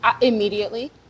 Immediately